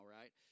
right